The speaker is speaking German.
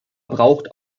braucht